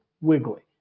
Wiggly